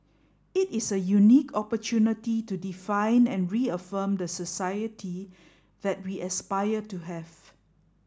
it is a unique opportunity to define and reaffirm the society that we aspire to have